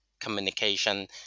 communication